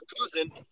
Cousin